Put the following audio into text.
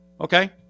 Okay